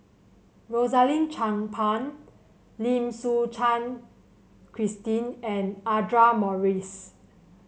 Rosaline Chan Pang Lim Suchen Christine and Audra Morrice